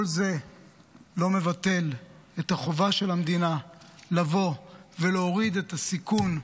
כל זה לא מבטל את החובה של המדינה לבוא ולהוריד את הסיכון,